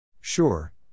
Sure